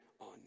on